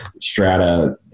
strata